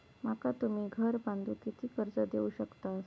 माका तुम्ही घर बांधूक किती कर्ज देवू शकतास?